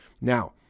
Now